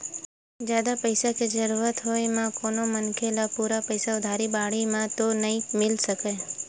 जादा पइसा के जरुरत होय म कोनो मनखे ल पूरा पइसा उधारी बाड़ही म तो नइ मिल सकय